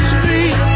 Street